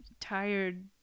tired